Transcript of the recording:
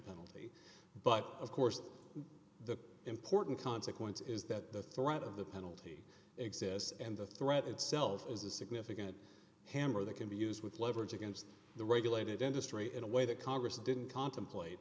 penalty but of course the important consequence is that the threat of the penalty exists and the threat itself is a significant hammer that can be used with leverage against the regulated industry in a way that congress didn't contemplate